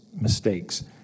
mistakes